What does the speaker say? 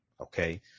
Okay